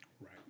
Right